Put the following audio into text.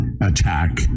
attack